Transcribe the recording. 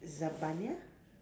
Zabaniyya